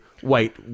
white